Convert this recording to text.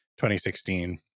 2016